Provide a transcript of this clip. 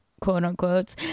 quote-unquote